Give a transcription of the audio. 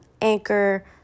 Anchor